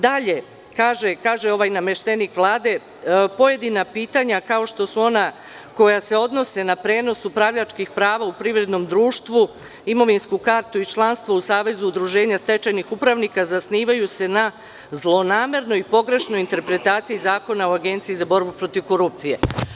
Dalje kaže ovaj nameštenik Vlade – pojedina pitanja kao što su ona koja se odnose na prenos upravljačkih prava u privrednom društvu, imovinsku kartu i članstvo u Savezu udruženja stečajnih upravnika zasnivaju se na zlonamernoj pogrešnoj interpretaciji Zakona o Agenciji za borbu protiv korupcije.